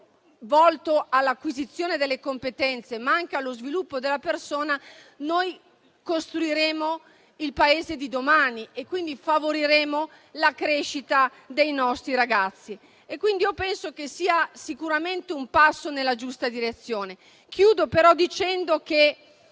solo all'acquisizione delle competenze, ma anche allo sviluppo della persona, noi costruiremo il Paese di domani e quindi favoriremo la crescita dei nostri ragazzi. Io penso che sia sicuramente un passo nella giusta direzione. Chiudo, però, dicendo che,